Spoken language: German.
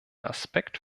aspekt